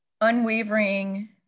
unwavering